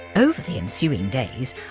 over the ensuing days,